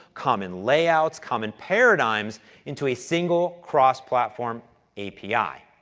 common layouts, common paradigms into a single cross platform api.